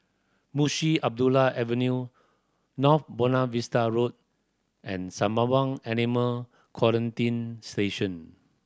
Mushi Abdullah Avenue North Buona Vista Road and Samabang Animal Quarantine Station